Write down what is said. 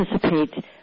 participate